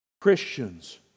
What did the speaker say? Christians